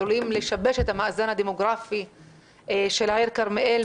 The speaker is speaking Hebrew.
עלולים לשבש את המאזן הדמוגרפי של העיר כרמיאל.